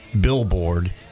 Billboard